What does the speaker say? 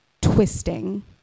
twisting